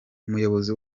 umuyobozi